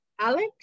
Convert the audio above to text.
Alex